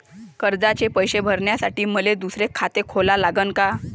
कर्जाचे पैसे भरासाठी मले दुसरे खाते खोला लागन का?